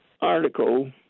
article